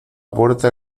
puerta